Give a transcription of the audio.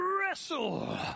wrestle